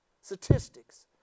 statistics